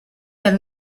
del